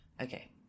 Okay